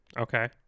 Okay